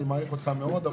אני מעריך אותך מאוד,